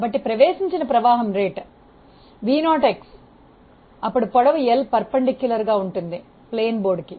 కాబట్టి ప్రవేశించిన ప్రవాహం రేటు v0x ఇప్పుడు పొడవు L లంబంగా ఉంటుంది ప్లేన్ బోర్డు కి